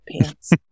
pants